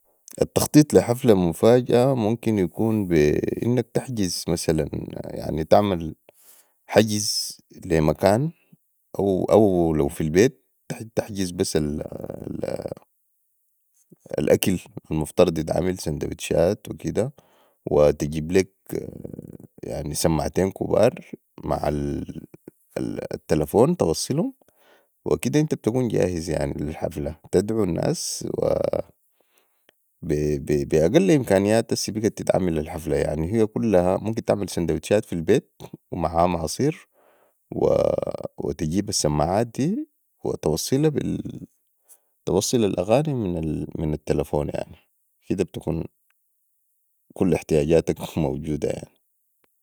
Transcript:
التخطيط لي حفله مفاجاه ممكن يكون بي انك تحجزمثلا يعني تعمل حجز لي مكان او لوفي البيت تحجز الاكل المفترض يتعمل سندوتشات وكده وتجيب ليك سماعتين كبار معا التلفون توصلم وكده أنت بتكون جاهز لي الحفله تدعو الناس بي اقل امكانيات هسع بقت تتعمل الحفله يعني هي كلها ممكن تعمل سندوتشات في البيت ومعاهم عصير وتجيب السمعات دي وتصل الاغاني من التلفون كده بتكون كل احتياجاتك موجوده يعني